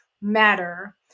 matter